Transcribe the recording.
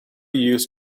used